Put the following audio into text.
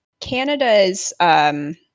Canada's